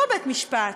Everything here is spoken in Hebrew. לא בית-משפט,